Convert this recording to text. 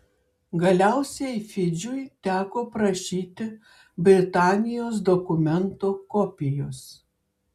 galiausiai fidžiui teko prašyti britanijos dokumento kopijos